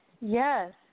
Yes